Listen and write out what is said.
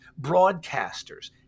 broadcasters